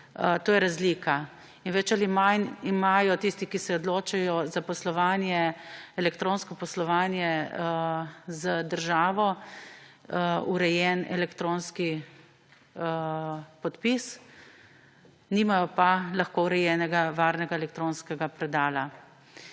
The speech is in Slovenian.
To je razlika. Bolj ali manj imajo tisti, ki se odločajo za elektronsko poslovanje z državo, urejen elektronski podpis, lahko pa nimajo urejenega varnega elektronskega predala.